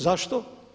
Zašto?